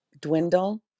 dwindle